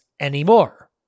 anymore